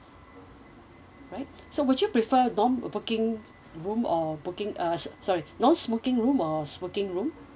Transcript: alright so would you prefer non booking room or booking uh sorry non smoking room or smoking room